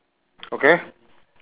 okay